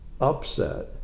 upset